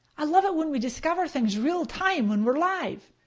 i love it when we discover things real time when we're live!